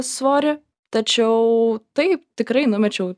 svorį tačiau taip tikrai numečiau